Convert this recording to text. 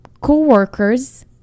co-workers